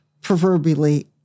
proverbially